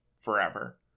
forever